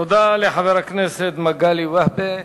תודה לחבר הכנסת מגלי והבה.